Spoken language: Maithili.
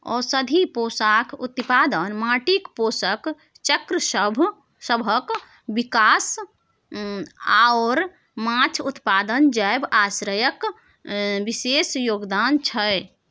औषधीय पौधाक उत्पादन, माटिक पोषक चक्रसभक विकास आओर माछ उत्पादन जैव आश्रयक विशेष योगदान छै